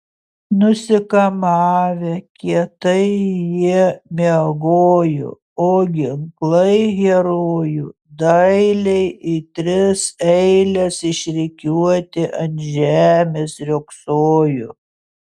nusikamavę kietai jie miegojo o ginklai herojų dailiai į tris eiles išrikiuoti ant žemės riogsojo